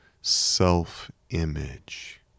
self-image